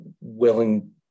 willing